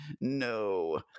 no